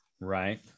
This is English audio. right